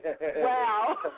Wow